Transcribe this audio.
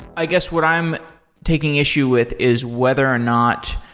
i guess what i'm taking issue with is whether or not